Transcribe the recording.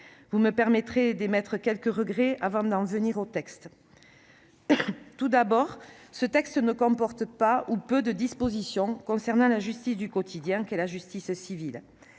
Vous me permettrez d'émettre quelques regrets avant d'en venir au texte. Tout d'abord, ce texte ne comporte pas ou peu de dispositions concernant la justice du quotidien qu'est la justice civile.